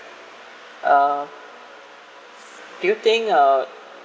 uh do you think uh